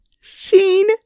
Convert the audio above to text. Sheen